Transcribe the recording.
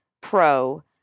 Pro